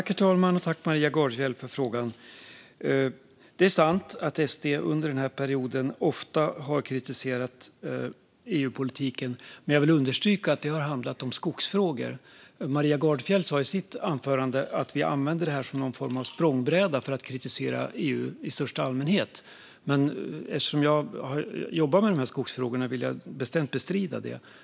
Herr talman! Tack, Maria Gardfjell, för frågan! Det är sant att SD under den här perioden ofta har kritiserat EU-politiken, men jag vill understryka att det har handlat om skogsfrågor. Maria Gardfjell sa i sitt anförande att vi använder det här som någon form av språngbräda för att kritisera EU i största allmänhet. Men eftersom jag har jobbat med de här skogsfrågorna vill jag bestämt bestrida det.